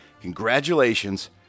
Congratulations